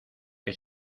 que